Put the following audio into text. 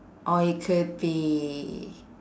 or it could be